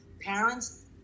parents